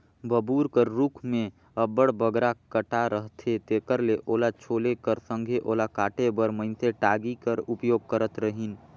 बबूर कर रूख मे अब्बड़ बगरा कटा रहथे तेकर ले ओला छोले कर संघे ओला काटे बर मइनसे टागी कर उपयोग करत रहिन